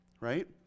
right